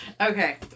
Okay